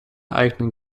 eigenen